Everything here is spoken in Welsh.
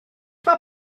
mae